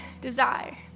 desire